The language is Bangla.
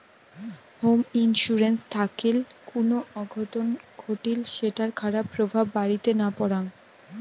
হোম ইন্সুরেন্স থাকিল কুনো অঘটন ঘটলি সেটার খারাপ প্রভাব বাড়িতে না পরাং